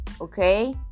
okay